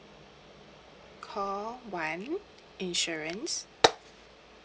call one insurance